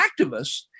activists